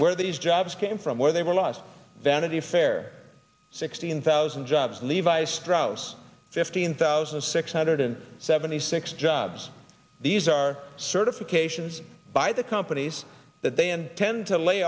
where these jobs came from where they were last vanity fair sixteen thousand jobs levi strauss fifteen thousand six hundred seventy six jobs these are certifications by the companies that they intend to lay